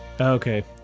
Okay